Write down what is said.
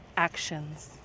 Actions